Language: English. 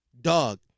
Dog